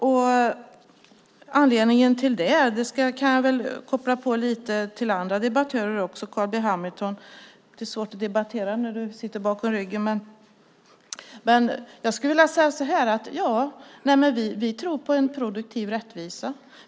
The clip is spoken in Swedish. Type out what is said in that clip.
När det gäller anledningen till det kan jag koppla till andra debattörer, bland annat Carl B Hamilton. Vi tror på en produktiv rättvisa.